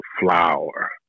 flower